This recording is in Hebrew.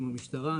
עם המשטרה,